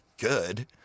good